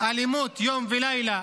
אלימות יום ולילה,